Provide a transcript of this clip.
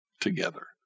together